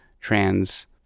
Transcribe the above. trans